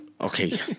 Okay